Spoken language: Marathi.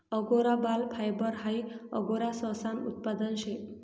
अंगोरा बाल फायबर हाई अंगोरा ससानं उत्पादन शे